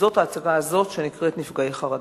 זאת ההצגה הזאת שנקראת "נפגעי חרדה".